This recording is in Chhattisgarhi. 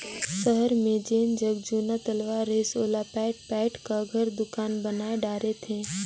सहर मे जेन जग जुन्ना तलवा रहिस ओला पयाट पयाट क घर, दुकान बनाय डारे थे